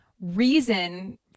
reason